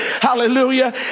Hallelujah